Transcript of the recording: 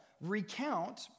Recount